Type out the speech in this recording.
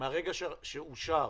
מרגע שהוא אושר,